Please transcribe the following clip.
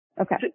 okay